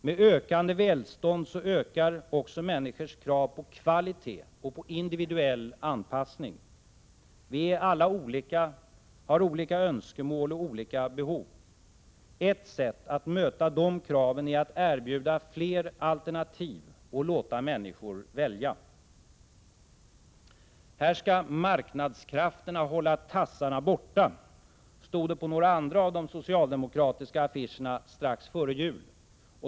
Med ökande välstånd ökar också människors krav på kvalitet och på individuell anpassning. Vi är alla olika, har olika önskemål och olika behov. Ett sätt att möta de kraven är att erbjuda fler alternativ och låta människor välja. ”Här ska marknadskrafterna hålla tassarna borta!” stod det på några andra av de socialdemokratiska affischerna strax före jul.